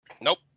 Nope